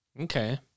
Okay